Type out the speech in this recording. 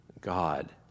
God